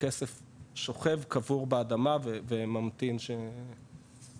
הכסף שוכב קבור באדמה וממתין שימומש.